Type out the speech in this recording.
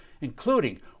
including